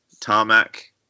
tarmac